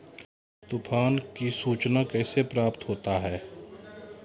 तुफान की सुचना कैसे प्राप्त होता हैं?